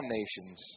nations